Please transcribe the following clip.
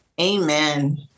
Amen